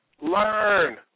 learn